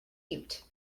cute